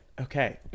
okay